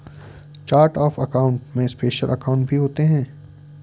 chart of account में special account भी होते हैं